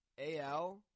AL